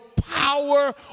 power